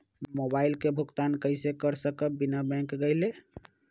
Mobile के भुगतान कईसे कर सकब बिना बैंक गईले?